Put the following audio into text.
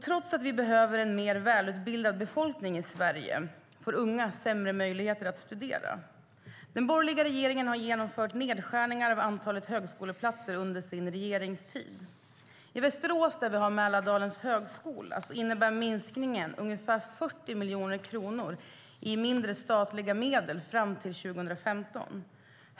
Trots att vi behöver en mer välutbildad befolkning i Sverige får unga sämre möjligheter att studera. Den borgerliga regeringen har genomfört nedskärningar av antalet högskoleplatser under sin regeringstid. I Västerås där vi har Mälardalens högskola innebär minskningen ungefär 40 miljoner kronor mindre i statliga medel fram till 2015.